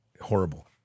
horrible